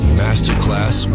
masterclass